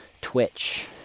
Twitch